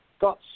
got